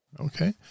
Okay